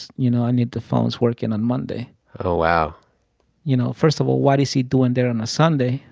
you know, i need the phones working on monday oh, wow you know, first of all, what is he doing there on a sunday?